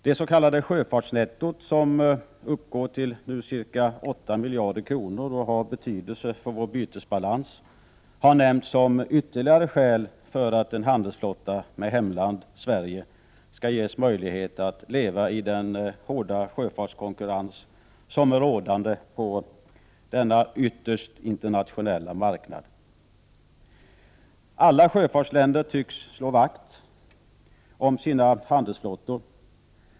Det s.k. sjöfartsnettot som uppgår till ca 8 miljarder kronor och har betydelse för vår bytesbalans har nämnts som ytterligare skäl för att en handelsflotta med hemland Sverige skall ges möjlighet att leva i den hårda sjöfartskonkurrens som är rådande på denna ytterst internationella marknad. Alla sjöfartsländer tycks slå vakt om sina handelsflottor.